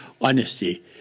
honesty